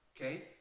okay